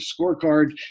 scorecard